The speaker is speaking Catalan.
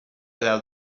deu